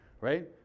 right